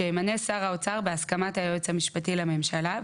שימנה שר האוצר בהסכמת היועץ המשפטי לממשלה,